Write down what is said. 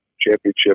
championship